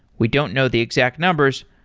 we don't know the exact numbers,